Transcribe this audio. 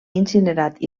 incinerat